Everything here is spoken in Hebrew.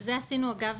זה עשינו אגב,